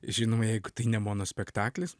žinoma jeigu tai ne monospektaklis